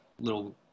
little